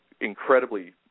incredibly –